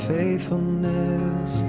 faithfulness